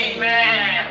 Amen